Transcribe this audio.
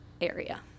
area